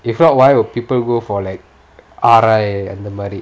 if not why would people go for like R_I அந்த மாரி:antha maari